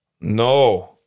no